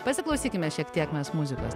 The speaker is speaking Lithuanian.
pasiklausykime šiek tiek mes muzikos